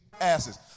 asses